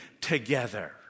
together